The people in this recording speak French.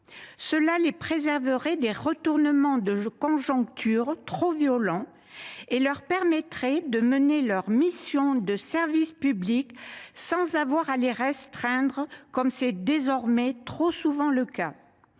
Cela les préserverait des retournements de conjoncture trop violents et leur permettrait de mener leurs missions de service public sans avoir à les restreindre comme c’est désormais trop souvent le cas.